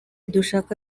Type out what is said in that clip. dushaka